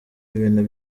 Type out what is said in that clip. ibintu